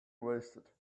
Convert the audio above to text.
wasted